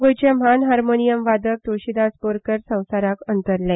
गोयचे म्हान हार्मोनियम वादक तुळशीदास बोरकार संसाराक अंतरले